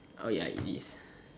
oh ya it is